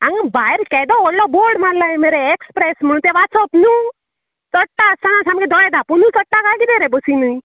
हांगां भायर केदो व्होडलो बोर्ड मारला मरे एक्सप्रेस म्हूण तें वाचप न्हूं चडटा आसता सामकें दोळे धापुनूत चोडटा काय कितें रे बसींनीं